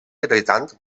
irritant